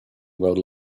about